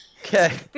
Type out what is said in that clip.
Okay